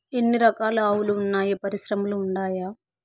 ఎన్ని రకాలు ఆవులు వున్నాయి పరిశ్రమలు ఉండాయా?